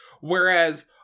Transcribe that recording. Whereas